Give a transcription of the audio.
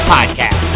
Podcast